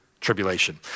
tribulation